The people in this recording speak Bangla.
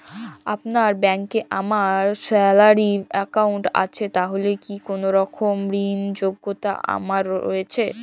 আপনার ব্যাংকে আমার স্যালারি অ্যাকাউন্ট আছে তাহলে কি কোনরকম ঋণ র যোগ্যতা আমার রয়েছে?